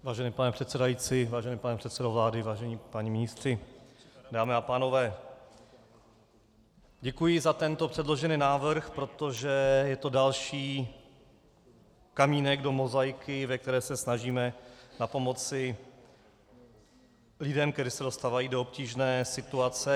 Vážený pane předsedající, vážený pane předsedo vlády, vážení páni ministři, dámy a pánové, děkuji za tento předložený návrh, protože je to další kamínek do mozaiky, ve které se snažíme napomoci lidem, kteří se dostávají do obtížné situace.